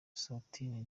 eswatini